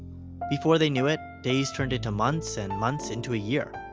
before they knew it, days turned into months, and months into a year.